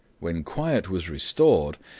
when quiet was restored,